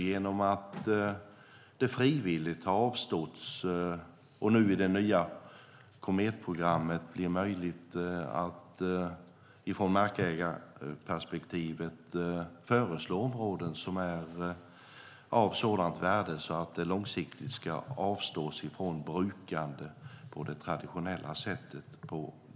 Genom det nya Kometprogrammet är det möjligt för markägare att föreslå områden som är av sådant värde att man långsiktigt ska avstå från att bruka dem på traditionellt sätt.